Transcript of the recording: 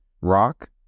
ROCK